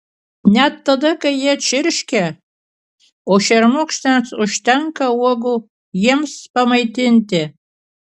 net tada kai jie čirškia o šermukšniams užtenka uogų jiems pamaitinti